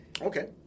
okay